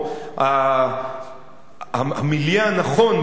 או המיליה הנכון,